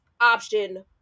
option